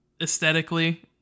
aesthetically